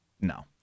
no